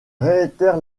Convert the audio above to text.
réitère